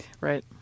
Right